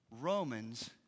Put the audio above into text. Romans